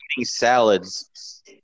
salads